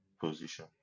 Position